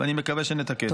ואני מקווה שנתקן.